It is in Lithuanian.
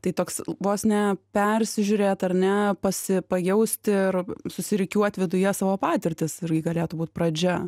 tai toks vos ne persižiūrėt ar ne pasi pajausti ir susirikiuot viduje savo patirtis galėtų būt pradžia